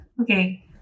okay